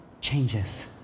changes